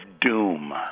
doom